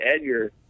Edgar